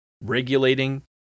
regulating